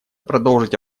продолжить